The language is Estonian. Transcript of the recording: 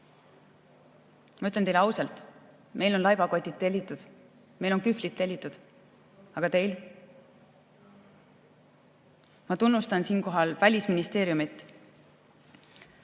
Ma ütlen teile ausalt, meil on laibakotid tellitud, meil on kühvlid tellitud. Aga teil? Ma tunnustan siinkohal Välisministeeriumi